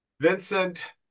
Vincent